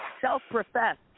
self-professed